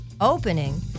opening